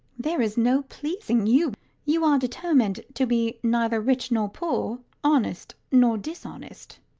there is no pleasing you, you are determined to be neither rich nor poor, honest nor dishonest.